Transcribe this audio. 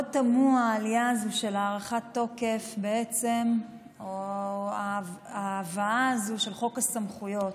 מאוד תמוהה ההעלאה הזו של הארכת תוקף או ההבאה הזו של חוק הסמכויות.